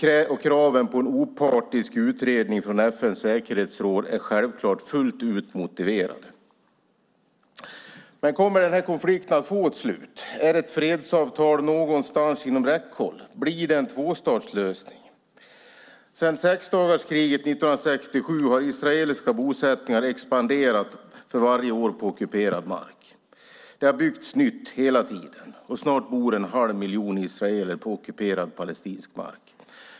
Kraven på en opartisk utredning från FN:s säkerhetsråd är självklart helt motiverad. Kommer konflikten att få ett slut? Är ett fredsavtal inom räckhåll? Blir det en tvåstatslösning? Sedan sexdagarskriget 1967 har israeliska bosättningar varje år expanderat på ockuperad mark. Det har byggts nytt hela tiden. Snart bor en halv miljon israeler på ockuperad palestinsk mark.